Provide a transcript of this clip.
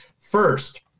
first